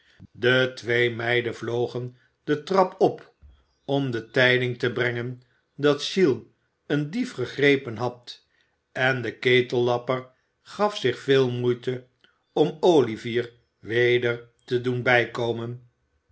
de twee meiden vlogen de trap op om de tijding te brengen dat oiles een dief gegrepen had en de ketellapper gaf zich veel moeite om olivier weder te doen bijkomen